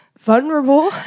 vulnerable